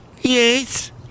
Yes